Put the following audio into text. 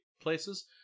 places